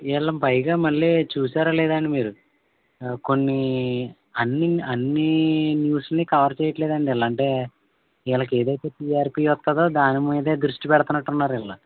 వీళ్ళని పైగా మళ్ళీ చూసారో లేదో అండి మీరు కొన్ని అన్ని అన్ని న్యూస్ని కవర్ చేయడం లేదండి వీళ్ళు అంటే వీళ్ళకి ఏదైతే టీఆర్పీ వస్తాదో దాని మీదే దృష్టి పెడుతున్నట్టు ఉన్నారు వీళ్ళు